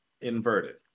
inverted